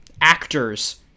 actors